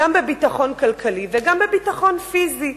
גם בביטחון כלכלי וגם בביטחון פיזי.